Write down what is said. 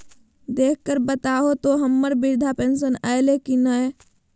देख कर बताहो तो, हम्मर बृद्धा पेंसन आयले है की नय?